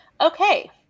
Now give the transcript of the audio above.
okay